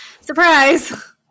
Surprise